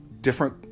different